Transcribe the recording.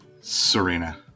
Serena